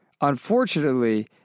unfortunately